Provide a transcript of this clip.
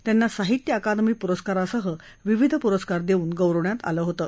त्यांना साहित्य अकादमी पुरस्कारासह विविध पुरस्कार देऊन गौरवण्यात आलं होतं